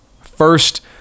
First